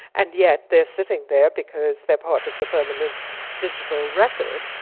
and yet they are sitting there because they are part of the permanent digital record.